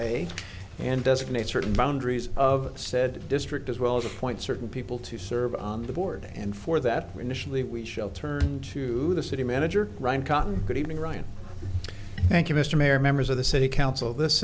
a and designates certain boundaries of said district as well as a point certain people to serve on the board and for that initially we shall turn to the city manager run cotton good evening ryan thank you mr mayor members of the city council this